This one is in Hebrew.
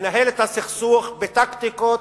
לנהל את הסכסוך בטקטיקות